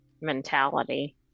mentality